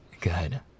good